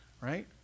right